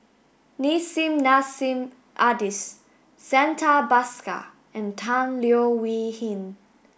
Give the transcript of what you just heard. Nissim Nassim Adis Santha Bhaskar and Tan Leo Wee Hin